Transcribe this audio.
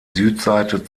südseite